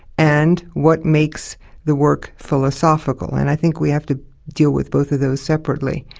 and what makes the work philosophical? and i think we have to deal with both of those separately.